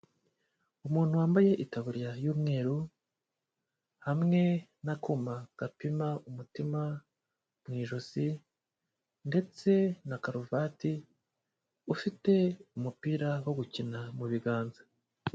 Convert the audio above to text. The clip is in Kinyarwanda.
Umuntu wambaye itaburiya y'umweru, hamwe n'akuma gapima umutima mu ijosi ndetse na karuvati, ufite umupira wo gukina mu biganza.